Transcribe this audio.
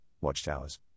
watchtowers